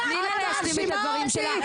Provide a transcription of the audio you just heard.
חברת הכנסת גוטליב, תני לה להשלים את הדברים שלה.